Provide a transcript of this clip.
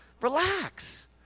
Relax